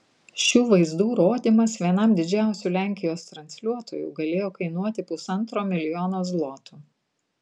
šių vaizdų rodymas vienam didžiausių lenkijos transliuotojų galėjo kainuoti pusantro milijonų zlotų